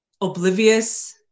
oblivious